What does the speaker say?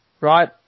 Right